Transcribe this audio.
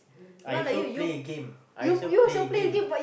I also play game I also play game